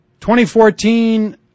2014